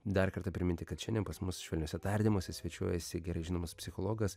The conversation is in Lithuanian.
dar kartą priminti kad šiandien pas mus švelniuose tardymuose svečiuojasi gerai žinomas psichologas